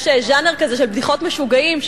יש ז'אנר כזה של בדיחות משוגעים,